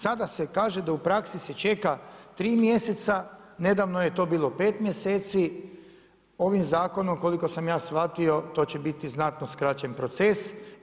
Sada se kaže da u praksi se čeka 3 mjeseca, nedavno je to bilo 5 mjeseci, ovim zakonom koliko sam ja shvatio to će biti znatno skraćen proces.